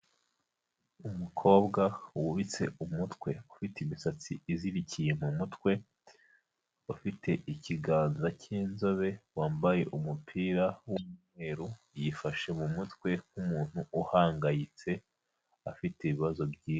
Umukobwa wubitse umutwe ufite imisatsi izirikiye mu mutwe, ufite ikiganza cy'inzobe, wambaye umupira w'umweru, yifashe mu mutwe nk'umuntu uhangayitse, afite ibibazo byinshi.